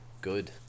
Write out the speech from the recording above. good